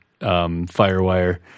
Firewire